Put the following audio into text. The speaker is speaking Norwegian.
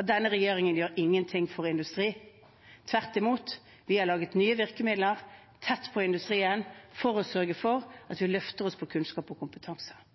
at denne regjeringen ikke gjør noe for industri. Tvert imot har vi laget nye virkemidler tett på industrien for å sørge for at vi løfter oss på kunnskap og kompetanse.